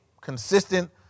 consistent